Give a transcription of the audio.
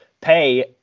pay